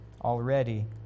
already